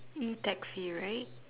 E taxi right